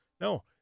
No